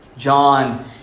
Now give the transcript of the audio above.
John